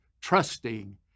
trusting